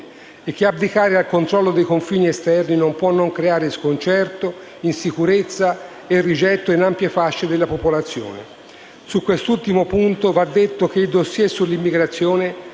e che abdicare al controllo dei confini esterni non può non creare sconcerto, insicurezza e rigetto in ampie fasce della popolazione. Su quest'ultimo punto, va detto che il *dossier* sull'immigrazione